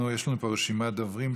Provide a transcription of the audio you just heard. יש לנו פה רשימת דוברים,